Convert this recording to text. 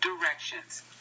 directions